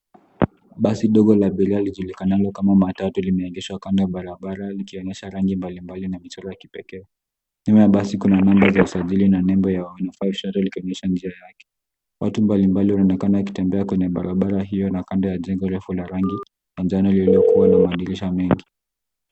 Basi dogo la abiria lijulikanalo kama matatu limeegeshwa kando ya barabara likionyesha rangi mbali mbali na michoro ya kipekee. Nyuma ya basi kuna namba za usajili na nembo ya iliyo kamilisha njia yake. Watu mbalimbali wanaonekana wakitembea kwenye barabara hii na kando ya jengo refu la rangi ya njano iliyo kuwa na madirisha mengi.